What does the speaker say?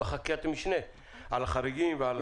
בחקיקת המשנה על החריגים ועל זה.